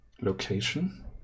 location